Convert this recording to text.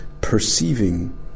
perceiving